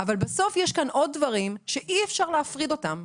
אבל בסוף יש כאן עוד דברים שאי אפשר להפריד אותם.